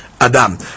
adam